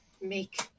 make